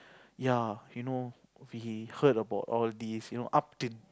ya you know we heard about all this up to